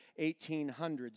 1800s